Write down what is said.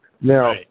Now